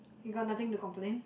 you got nothing to complaint